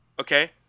Okay